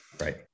Right